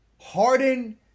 Harden